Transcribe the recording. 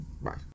Bye